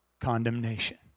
condemnation